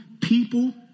people